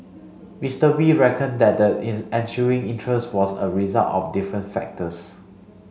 Mister Wee reckoned that the ensuing interest was a result of different factors